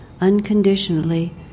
unconditionally